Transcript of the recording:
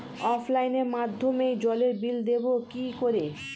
অফলাইনে মাধ্যমেই জলের বিল দেবো কি করে?